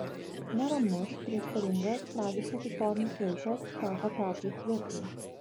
neramus prieštaringas tragiškas istorinis laikas teko petrui cvirkai